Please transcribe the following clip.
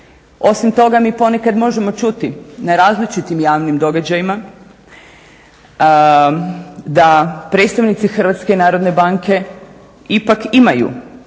Osim toga mi ponekad možemo čuti na različitim javnim događajima da predstavnici HNB-a ipak imaju